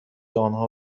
آنها